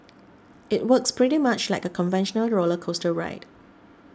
it works pretty much like a conventional roller coaster ride